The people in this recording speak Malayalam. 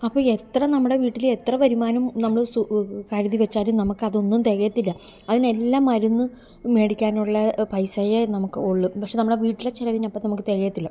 അപ്പോള് എത്ര നമ്മുടെ വീട്ടില് എത്ര വരുമാനം നമ്മള് കരുതിവച്ചാലും നമുക്കതൊന്നും തികയത്തില്ല അതിനെല്ലാം മരുന്ന് മേടിക്കാനുള്ള പൈസയേ നമുക്ക് ഉള്ളു പക്ഷെ നമ്മുടെ വീട്ടിലെ ചെലവിന് അപ്പോള് നമുക്ക് തികയത്തില്ല